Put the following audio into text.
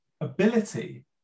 ability